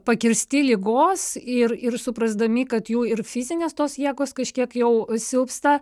pakirsti ligos ir ir suprasdami kad jų ir fizinės tos jėgos kažkiek jau silpsta